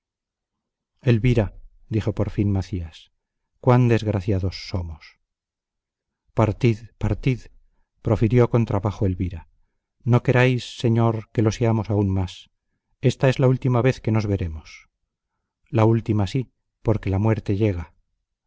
elvira dijo por fin macías cuán desgraciados somos partid partid profirió con trabajo elvira no queráis señor que lo seamos aún más ésta es la última vez que nos veremos la última sí porque la muerte llega